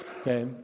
okay